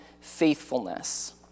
faithfulness